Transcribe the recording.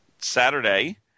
Saturday